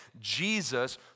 Jesus